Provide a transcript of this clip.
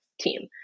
team